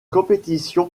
compétition